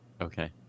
Okay